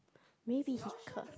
maybe he caught